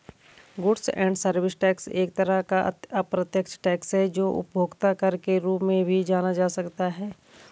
goods and service tax एक तरह का अप्रत्यक्ष टैक्स है जो उपभोक्ता कर के रूप में भी जाना जा सकता है